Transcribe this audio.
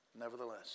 nevertheless